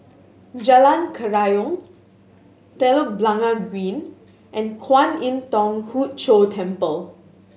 Jalan Kerayong Telok Blangah Green and Kwan Im Thong Hood Cho Temple